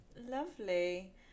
lovely